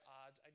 odds